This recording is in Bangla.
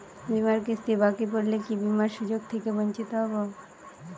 বিমার কিস্তি বাকি পড়লে কি বিমার সুযোগ থেকে বঞ্চিত হবো?